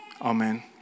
Amen